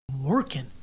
working